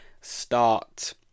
Start